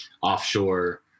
offshore